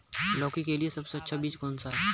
लौकी के लिए सबसे अच्छा बीज कौन सा है?